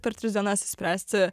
per tris dienas išspręsti